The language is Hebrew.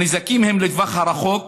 הנזקים הם לטווח ארוך,